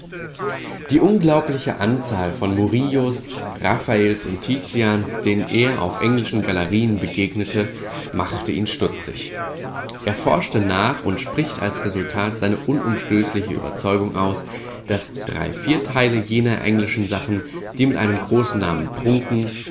die unglaubliche anzahl von murillos raffaels und tizians denen er auf englischen galerien begegnete machte ihn stutzig er forschte nach und spricht als resultat seine unumstößliche überzeugung aus daß dreivierteile jener englischen sachen die mit einem großen namen prunken